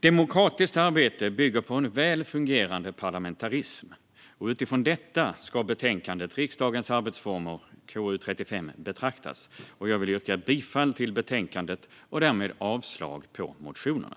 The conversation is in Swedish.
Demokratiskt arbete bygger på en väl fungerande parlamentarism, och utifrån detta ska betänkandet Riksdagens arbetsformer , KU35, betraktas. Jag vill yrka bifall till förslaget i betänkandet och därmed avslag på motionerna.